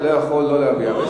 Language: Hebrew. אתה לא יכול לא להביע.